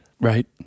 Right